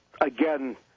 again